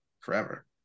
forever